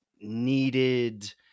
needed